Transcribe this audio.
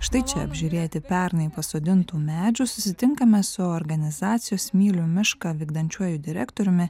štai čia apžiūrėti pernai pasodintų medžių susitinkame su organizacijos myliu mišką vykdančiuoju direktoriumi